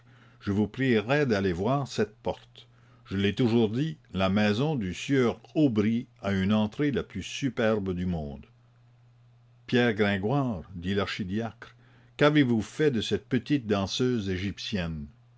je vous prierais d'aller voir cette porte je l'ai toujours dit la maison du sieur aubry a une entrée la plus superbe du monde pierre gringoire dit l'archidiacre qu'avez-vous fait de cette petite danseuse égyptienne